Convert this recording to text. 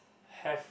have